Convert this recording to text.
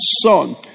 son